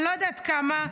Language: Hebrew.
אני לא יודעת כמה.